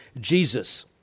Jesus